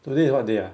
today is what day ah